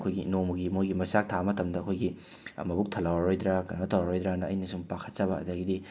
ꯑꯩꯈꯣꯏꯒꯤ ꯅꯣꯡꯃꯒꯤ ꯃꯣꯏꯒꯤ ꯃꯆꯥꯛ ꯊꯥꯕ ꯃꯇꯝꯗ ꯑꯩꯈꯣꯏꯒꯤ ꯃꯕꯨꯛ ꯊꯜꯍꯧꯔꯔꯣꯏꯗ꯭ꯔ ꯀꯩꯅꯣ ꯇꯧꯔꯔꯣꯏꯗ꯭ꯔꯅ ꯑꯩꯅ ꯁꯨꯝ ꯄꯥꯈꯠꯆꯕ ꯑꯗꯒꯤꯗꯤ